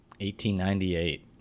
1898